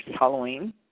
Halloween